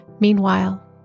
Meanwhile